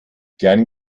gern